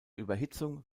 überhitzung